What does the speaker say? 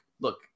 look